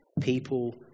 people